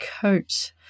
coat